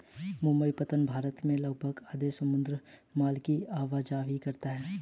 मुंबई पत्तन भारत के लगभग आधे समुद्री माल की आवाजाही करता है